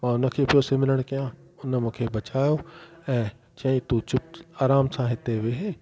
मां उन खे पियो सिमरण कयां उन मूंखे बचायो ऐं चईं तू आराम सां हिते वेह